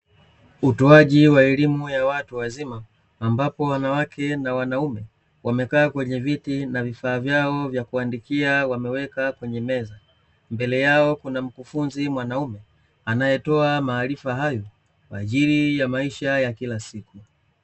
Utoaji wa elimu ya watu wazima ambapo wanawake na wanaume wamekaa kwenye viti na vifaa vyao vya kuandikia wameweka kwenye meza. Mbele yao kuna mkufunzi mwanaume anayetoa maarifa hayo kwa ajili ya maisha ya kila siku.